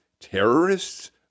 terrorists